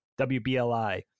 WBLI